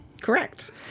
Correct